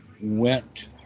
went